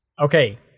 Okay